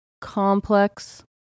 Complex